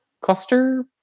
cluster